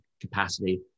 capacity